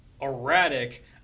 erratic